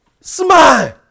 Smile